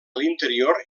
l’interior